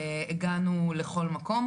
הגענו לכל מקום,